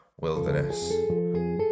wilderness